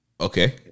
Okay